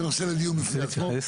זה נושא לדיון בפני עצמו.